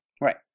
Right